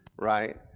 right